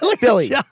Billy